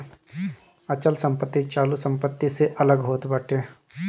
अचल संपत्ति चालू संपत्ति से अलग होत बाटे